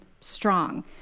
strong